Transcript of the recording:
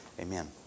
Amen